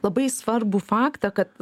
labai svarbų faktą kad